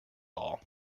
all